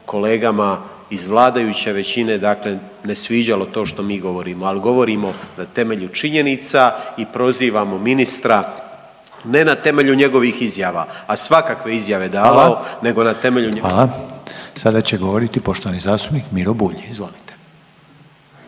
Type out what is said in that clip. kolegama iz vladajuće većine dakle ne sviđalo to što mi govorimo, al govorimo na temelju činjenica i prozivamo ministra ne na temelju njegovih izjava, a svakakve je izjave davao, nego na temelju …/Govornik se ne razumije/…. **Reiner, Željko (HDZ)** Hvala, hvala. Sada će govoriti poštovani zastupnik Miro Bulj, izvolite.